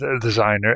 designer